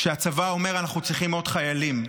כשהצבא אומר: אנחנו צריכים עוד חיילים,